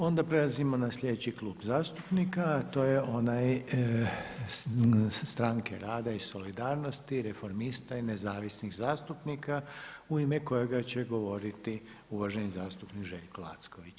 Onda prelazimo na slijedeći klub zastupnika, a to je onaj Stranke rada i solidarnosti, Reformista i Nezavisnih zastupnika u ime kojega će govoriti uvaženi zastupnik Željko Lacković.